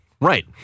right